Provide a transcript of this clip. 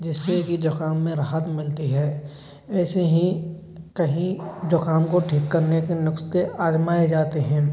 जिससे कि जुखाम में राहत मिलती है ऐसे ही कहीं जुखाम को ठीक करने के नुस्खे आजमाए जाते हैं